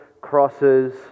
crosses